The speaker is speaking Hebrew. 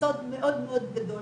סוד מאוד מאוד גדול,